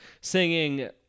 singing